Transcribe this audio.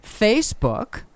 Facebook